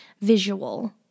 visual